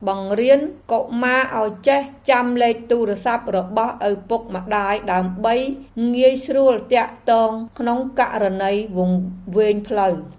បង្រៀនកុមារឱ្យចេះចាំលេខទូរស័ព្ទរបស់ឪពុកម្តាយដើម្បីងាយស្រួលទាក់ទងក្នុងករណីវង្វេងផ្លូវ។